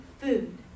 food